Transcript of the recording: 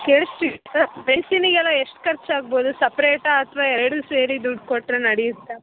ಕೇಳಿಸ್ತಿದೆಯಾ ಮೆಡಿಸಿನಿಗೆಲ್ಲ ಎಷ್ಟು ಖರ್ಚಾಗ್ಬೋದು ಸಪ್ರೇಟಾ ಅಥವಾ ಎರಡೂ ಸೇರಿ ದುಡ್ಡು ಕೊಟ್ಟರೆ ನಡಿಯುತ್ತಾ